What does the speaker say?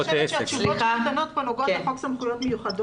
אני חושבת שהתשובות בתקנות כאן נוגעות לחוק סמכויות מיוחדות.